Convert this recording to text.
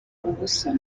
ubusa